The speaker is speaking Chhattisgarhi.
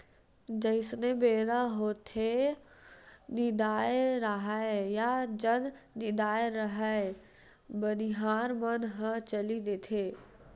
जइसने बेरा होथेये निदाए राहय या झन निदाय राहय बनिहार मन ह चली देथे